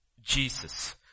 Jesus